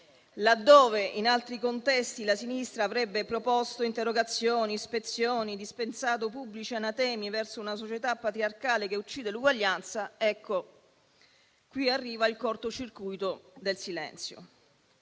Laddove in altri contesti la sinistra avrebbe proposto interrogazioni, ispezioni e dispensato pubblici anatemi verso una società patriarcale che uccide l'uguaglianza, qui arriva il corto circuito del silenzio.